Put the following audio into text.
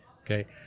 okay